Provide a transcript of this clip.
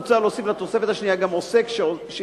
מוצע להוסיף לתוספת השנייה גם עוסק שעיסוקו